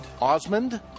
Osmond